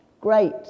Great